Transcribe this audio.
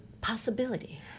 possibility